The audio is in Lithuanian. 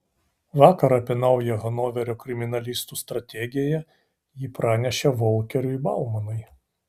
vakar apie naują hanoverio kriminalistų strategiją ji pranešė volkeriui baumanui